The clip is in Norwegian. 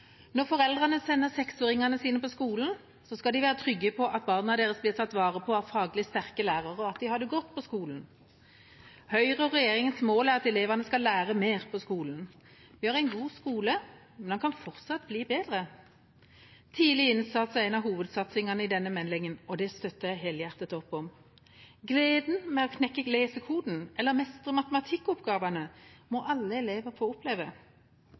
Når foreldrene sender seksåringene sine på skolen, skal de være trygge på at barna blir tatt vare på av faglig sterke lærere, og at de har det godt på skolen. Høyre og regjeringas mål er at elevene skal lære mer på skolen. Vi har en god skole, men den kan fortsatt bli bedre. Tidlig innsats er en av hovedsatsingene i denne meldinga, og det støtter jeg helhjertet opp om. Gleden ved å knekke lesekoden eller mestre matematikkoppgavene må alle elever få oppleve.